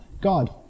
God